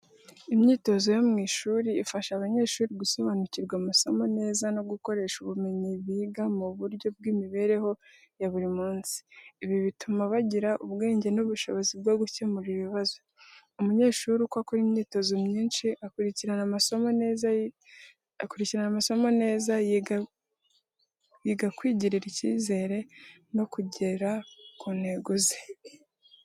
Imyitozo yo mu ishuri ifasha abanyeshuri gusobanukirwa amasomo neza no gukoresha ubumenyi biga mu buryo bw’imibereho ya buri munsi. Ibi bituma bagira ubwenge n’ubushobozi bwo gukemura ibibazo. Umunyeshuri uko akora imyitozo myinshi, akurikirana amasomo neza, yiga kwigirira icyizere, no kugera ku ntego ze.